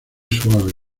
suave